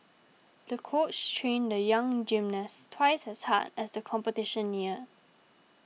the coach trained the young gymnast twice as hard as the competition neared